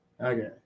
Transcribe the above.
okay